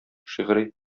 шигъри